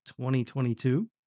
2022